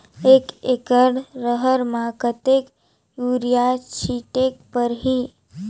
एक एकड रहर म कतेक युरिया छीटेक परही?